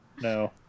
No